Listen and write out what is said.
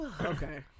okay